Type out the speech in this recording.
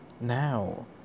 now